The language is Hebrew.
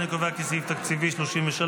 אני קובע כי סעיף תקציבי 33,